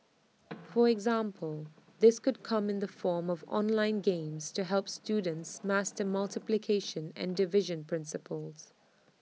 for example this could come in the form of online games to help students master multiplication and division principles